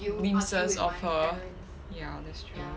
glimpses of her ya that's true